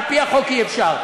על-פי החוק אי-אפשר,